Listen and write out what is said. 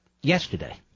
yesterday